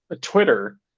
Twitter